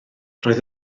roedd